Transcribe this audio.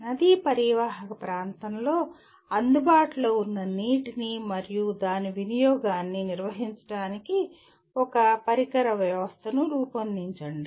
నదీ పరీవాహక ప్రాంతంలో అందుబాటులో ఉన్న నీటిని మరియు దాని వినియోగాన్ని నిర్వహించడానికి ఒక పరికర వ్యవస్థను రూపొందించండి